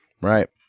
Right